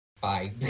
bye